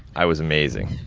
i was amazing.